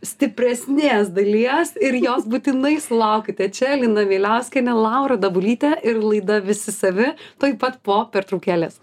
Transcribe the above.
stipresnės dalies ir jos būtinai sulaukite čia linda mieliauskienė laura dabulytė ir laida visi savi tuoj pat po pertraukėlės